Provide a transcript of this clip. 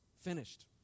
finished